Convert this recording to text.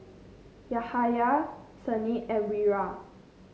Yahaya Senin and Wira